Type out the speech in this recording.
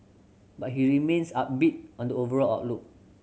but he remains upbeat on the overall outlook